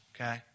okay